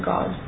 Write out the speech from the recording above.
God